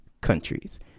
countries